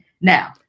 Now